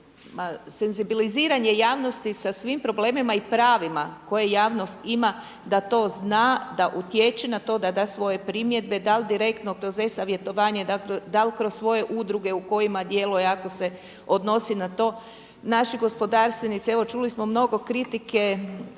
senzibiliziranje javnosti sa svim problemima i pravima koje javnost ima, da to zna, da utječe na to, da da svoje primjedbe, da li direktno kroz e-savjetovanje, da li kroz svoje udruge u kojima djeluje ako se odnosi na to. Naši gospodarstvenici, evo čuli smo mnogo kritike,